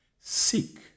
Seek